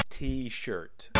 t-shirt